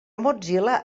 mozilla